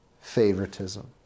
favoritism